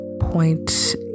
point